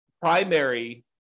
primary